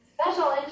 Special